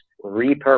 repurpose